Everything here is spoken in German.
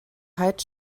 heydt